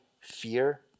fear